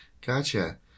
Gotcha